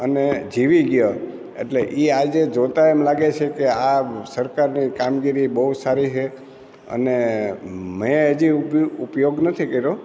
અને જીવી ગયો એટલે એ આજે જોતાં એમ લાગે છે કે આ સરકારની કામગીરી બહુ સારી છે અને મેં હજી સુધી ઉપયોગ નથી કર્યો